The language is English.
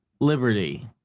liberty